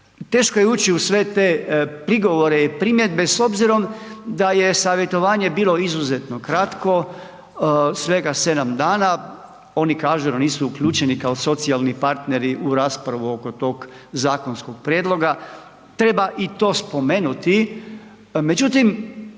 Teško je ući u sve te prigovore i primjedbe s obzirom da je savjetovanje bilo izuzetno kratko, svega 7 dana. Oni kažu da nisu uključeni kao socijalni partneri u raspravu oko tog zakonskog prijedloga. Treba i to spomenuti.